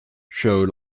showed